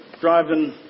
driving